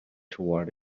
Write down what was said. toward